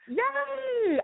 yay